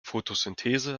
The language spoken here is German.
fotosynthese